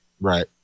Right